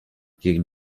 gegen